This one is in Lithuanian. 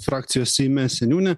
frakcijos seime seniūnė